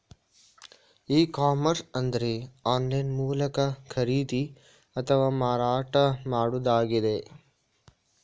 E commerce ಅಂದ್ರೆ online ಮೂಲಕ ಖರೀದಿ ಅಥವಾ ಮಾರಾಟ ಮಾಡುದಾಗಿದೆ